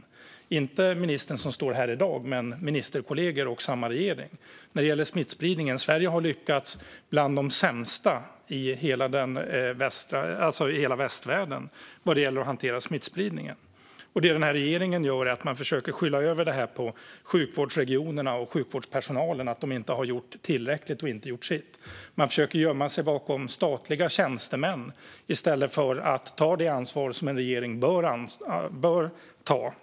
Det gäller inte den minister som står här i dag, men det gäller hans ministerkollegor och den regering han sitter i. När det gäller smittspridningen har Sverige varit bland de sämsta i hela västvärlden på att hantera den. Det regeringen gör är att försöka skylla detta på sjukvårdsregionerna och sjukvårdspersonalen - att de inte har gjort tillräckligt och inte har gjort sitt. Man försöker gömma sig bakom statliga tjänstemän i stället för att ta det ansvar som en regering bör ta.